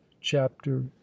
chapter